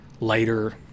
lighter